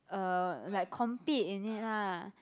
uh like compete in it lah